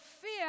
fear